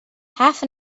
half